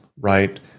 right